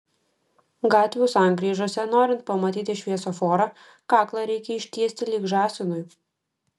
gatvių sankryžose norint pamatyti šviesoforą kaklą reikia ištiesti lyg žąsinui